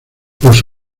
los